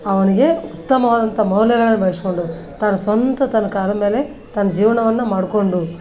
ಅವ್ನಿಗೆ ಉತ್ತಮವಾದಂಥ ಮೌಲ್ಯಗಳ ಬೆಳೆಸ್ಕೊಂಡು ತನ್ನ ಸ್ವಂತ ತನ್ನ ಕಾಲಮೇಲೆ ತನ್ನ ಜೀವನವನ್ನ ಮಾಡಿಕೊಂಡು